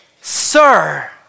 Sir